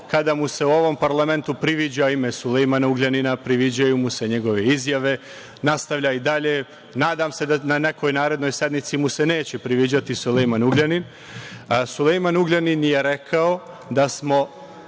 kada mu se u ovom parlamentu priviđa ime Sulejmana Ugljanina, priviđaju mu se njegove izjave, nastavlja i dalje. Nadam se da na nekoj narednoj sednici mu se neće priviđati Sulejman Ugljanin. Sulejman Ugljanin je rekao da smo